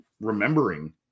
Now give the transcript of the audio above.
remembering